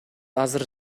азыр